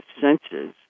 senses